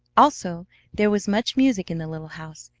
also there was much music in the little house.